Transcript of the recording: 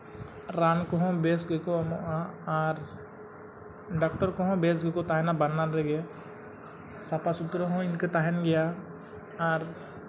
ᱨᱟᱱ ᱠᱚᱦᱚᱸ ᱵᱮᱥ ᱜᱮᱠᱚ ᱮᱢᱚᱜᱼᱟ ᱟᱨ ᱰᱟᱠᱴᱚᱨ ᱠᱚᱦᱚᱸ ᱵᱮᱥ ᱜᱮᱠᱚ ᱛᱟᱦᱮᱱᱟ ᱵᱟᱱᱟᱨ ᱨᱮᱜᱮ ᱥᱟᱯᱷᱟ ᱥᱩᱛᱨᱟᱹ ᱦᱚᱸ ᱤᱱᱠᱟᱹ ᱛᱟᱦᱮᱱ ᱜᱮᱭᱟ ᱟᱨ